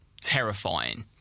terrifying